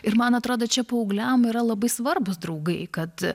ir man atrodo čia paaugliams yra labai svarbūs draugai kad